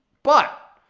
but,